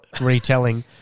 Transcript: retelling